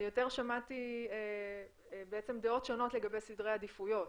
אני יותר שמעתי בעצם דעות שונות לגבי סדרי העדיפויות.